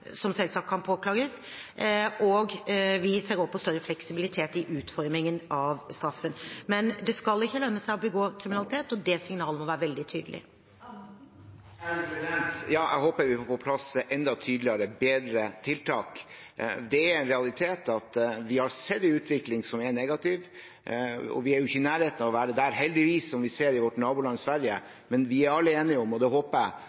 som selvsagt kan påklages, og vi ser også på større fleksibilitet i utformingen av straffen. Men det skal ikke lønne seg å begå kriminalitet, og det signalet må være veldig tydelig. Per-Willy Amundsen – til oppfølgingsspørsmål. Jeg håper vi får på plass enda tydeligere og bedre tiltak. Det er en realitet at vi har sett en utvikling som er negativ, og vi er ikke i nærheten, heldigvis, av å være der som vårt naboland Sverige er, men vi er alle enige om – og det håper jeg